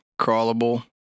crawlable